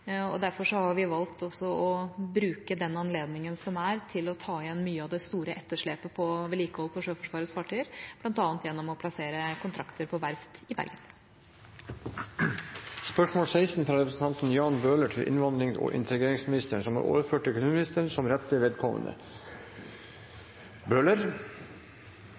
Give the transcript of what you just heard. Derfor har vi valgt også å bruke den anledningen som er, til å ta igjen mye av det store etterslepet på vedlikehold av Sjøforsvarets fartøyer, bl.a. gjennom å plassere kontrakter på verft i Bergen. Dette spørsmålet, fra representanten Jan Bøhler til innvandrings- og integreringsministeren, er overført til kulturministeren som rette vedkommende.